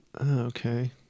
okay